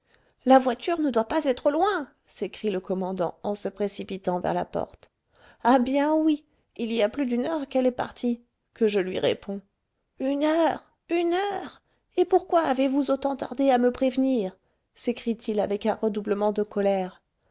la voiture ne doit pas être loin s'écrie le commandant en se précipitant vers la porte ah bien oui il y a plus d'une heure qu'elle est partie que je lui réponds une heure une heure et pourquoi avez-vous autant tardé à me prévenir s'écrie-t-il avec un redoublement de colère